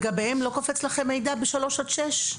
לגביהם לא קופץ לכם מידע בגיל שלוש עד שש?